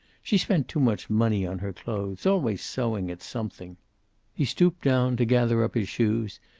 she spent too much money on her clothes. always sewing at something he stooped down to gather up his shoes,